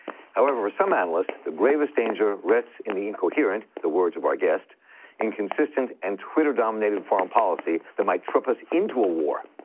however, to some analysts, the gravest danger rests in the incoherent the words of our guest inconsistent, and twitter-dominated foreign policy that might trip us into a war.